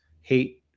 hate